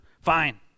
fine